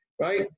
Right